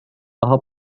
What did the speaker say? daha